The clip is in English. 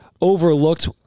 overlooked